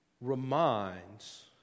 reminds